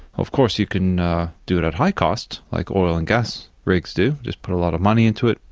of course you can do it at high cost, like oil and gas rigs do, just put a lot of money into it,